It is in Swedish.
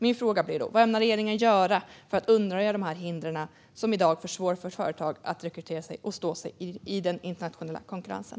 Min fråga blir: Vad ämnar regeringen göra för att undanröja de hinder som i dag försvårar för företag att rekrytera och stå sig i den internationella konkurrensen?